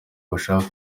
bashaka